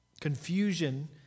confusion